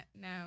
no